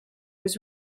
was